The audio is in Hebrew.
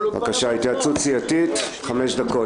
בבקשה, התייעצות סיעתית חמש דקות.